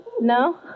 No